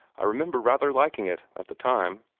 i remember rather liking it, at the time.